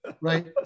Right